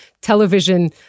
television